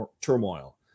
turmoil